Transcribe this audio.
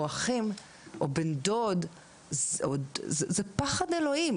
אחים או בן דוד זה פחד אלוהים.